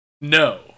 no